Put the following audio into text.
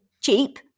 cheap